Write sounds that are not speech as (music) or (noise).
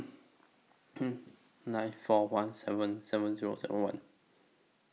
(hesitation) nine four one seven seven Zero seven one